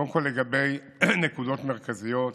קודם כול לגבי נקודות מרכזיות,